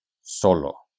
solo